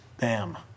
Bam